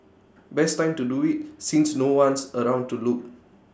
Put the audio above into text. best time to do IT since no one's around to look